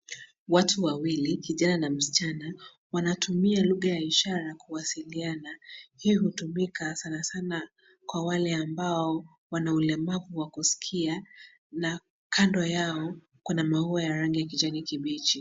Watu wawili, kijana na msichana, wanatumia lugha ya ishara kuwasiliana. Hii hutumika sanasana kwa wale ambao wana ulemavu wa kusikia na kando yao, kuna maua ya rangi ya kijani kibichi.